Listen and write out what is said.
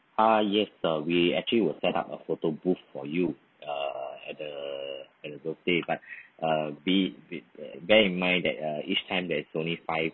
ah yes uh we actually will set up a photo booth for you uh at the at the birthday but uh be it bear in mind uh each time there's only five